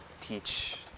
teach